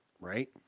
right